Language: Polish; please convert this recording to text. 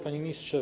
Panie Ministrze!